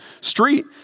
street